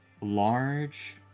large